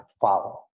follow